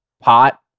pot